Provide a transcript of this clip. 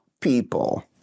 people